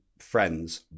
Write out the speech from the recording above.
friends